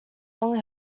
long